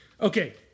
Okay